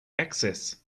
access